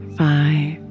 five